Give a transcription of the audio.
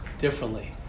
differently